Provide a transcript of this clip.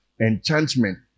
enchantment